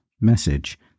message